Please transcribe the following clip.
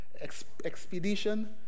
Expedition